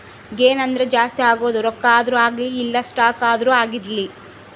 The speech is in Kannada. ಗೇನ್ ಅಂದ್ರ ಜಾಸ್ತಿ ಆಗೋದು ರೊಕ್ಕ ಆದ್ರೂ ಅಗ್ಲಿ ಇಲ್ಲ ಸ್ಟಾಕ್ ಆದ್ರೂ ಆಗಿರ್ಲಿ